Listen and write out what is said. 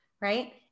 right